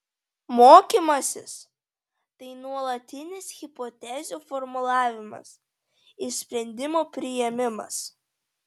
mokymasis tai nuolatinis hipotezių formulavimas ir sprendimų priėmimas